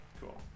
Cool